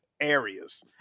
areas